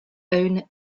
own